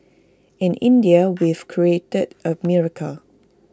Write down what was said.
in India we've created A miracle